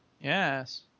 Yes